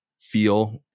feel